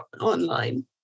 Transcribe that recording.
online